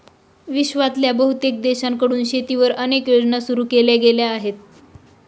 विश्वातल्या बहुतेक देशांकडून शेतीवर अनेक योजना सुरू केल्या गेल्या आहेत